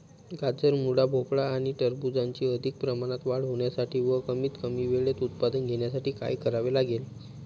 गाजर, मुळा, भोपळा आणि टरबूजाची अधिक प्रमाणात वाढ होण्यासाठी व कमीत कमी वेळेत उत्पादन घेण्यासाठी काय करावे लागेल?